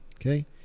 okay